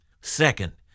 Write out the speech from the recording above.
Second